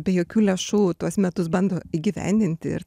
be jokių lėšų tuos metus bando įgyvendint ir